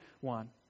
one